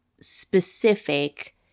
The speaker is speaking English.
specific